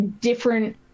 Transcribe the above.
different